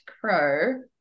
crow